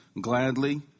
gladly